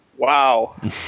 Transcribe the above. Wow